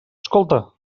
escolta